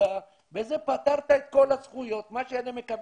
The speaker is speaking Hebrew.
בזה פתרת את כל הזכויות - מה שאלה מקבלים,